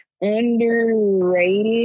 underrated